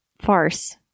farce